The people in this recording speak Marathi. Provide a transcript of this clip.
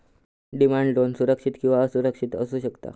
डिमांड लोन सुरक्षित किंवा असुरक्षित असू शकता